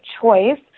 choice